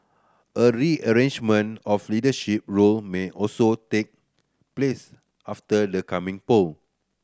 a rearrangement of leadership role may also take place after the coming poll